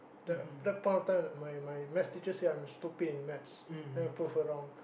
the that point of time my my math teacher say I'm stupid in math then I prove her wrong